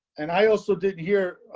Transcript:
and i also did here,